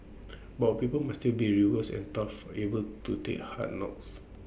but our people must still be robust and tough able to take hard knocks